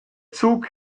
zug